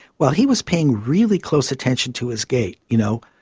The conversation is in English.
well, he was paying really close attention to his gait. you know,